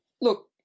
look